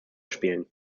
spielen